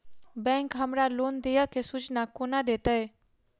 Bank हमरा loan देय केँ सूचना कोना देतय?